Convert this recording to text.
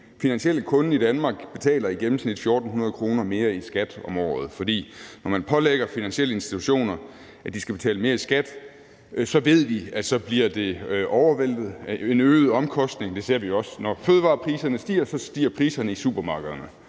finansielle kunde i Danmark i gennemsnit betaler 1.400 kr. mere i skat om året. For når man pålægger finansielle institutioner, at de skal betale mere i skat, så ved vi, at det så bliver væltet over. Det er en øget omkostning. Vi ser også, at når fødevarepriserne stiger, så stiger priserne i supermarkedet.